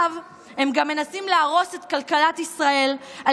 עכשיו הם גם מנסים להרוס את כלכלת ישראל על